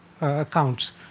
accounts